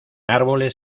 árboles